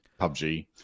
PUBG